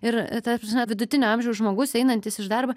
ir ta prasme vidutinio amžiaus žmogus einantis iš darbo